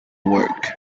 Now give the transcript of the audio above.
work